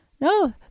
no